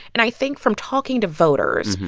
and i think from talking to voters,